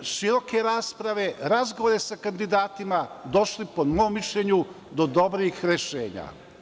široke rasprave, razgovora sa kandidatima, došli, po mom mišljenju, do dobrih rešenja.